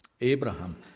Abraham